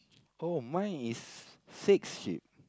oh mine is six sheep